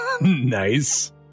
Nice